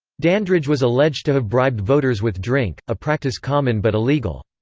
dandridge was alleged to have bribed voters with drink, a practice common but illegal.